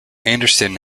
anderson